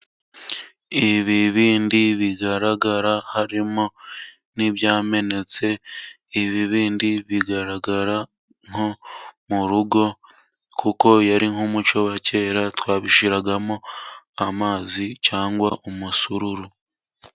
Ibibindi bigaragara harimo n'ibyamenetse, ibibindi bigaragara nko mu rugo kuko yari nk'umuco wa kera, twabishyiragamo amazi cyangwa umusururu.